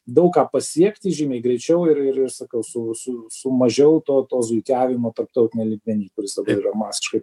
daug ką pasiekti žymiai greičiau ir ir ir sakau su su su mažiau to to zuikiavimo tarptautiniam lygmeny kuris dabar yra masiškai